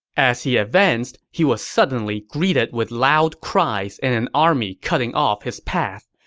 as he advanced, he was suddenly greeted with loud cries and an army cutting off his path.